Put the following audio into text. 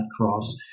cross